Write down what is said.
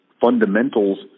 fundamentals